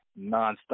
nonstop